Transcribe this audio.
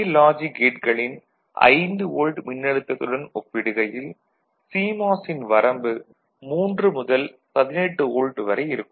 L logic கேட்களின் 5 volt மின்னழுத்தத்துடன் ஒப்பிடுகையில் சிமாஸின் வரம்பு 3 முதல் 18 வோல்ட் வரை இருக்கும்